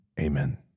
Amen